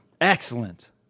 Excellent